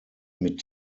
mit